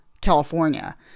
California